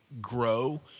grow